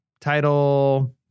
title